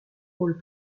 rôles